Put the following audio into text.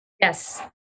Yes